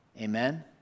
Amen